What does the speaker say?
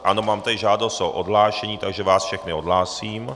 Ano, mám tady žádost o odhlášení, takže vás všechny odhlásím.